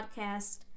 podcast